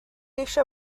eisiau